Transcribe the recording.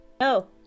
No